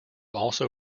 also